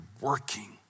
working